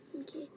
Okay